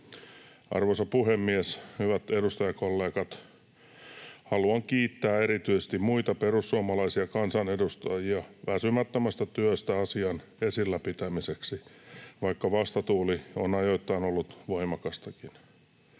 Arvoisa puhemies! Hyvät edustajakollegat! Haluan kiittää erityisesti muita perussuomalaisia kansanedustajia väsymättömästä työstä asian esillä pitämiseksi, vaikka vastatuuli on ajoittain ollut voimakastakin.